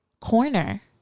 corner